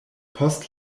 post